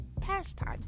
pastime